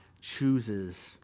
chooses